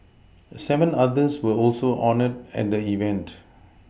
seven others were also honoured at the event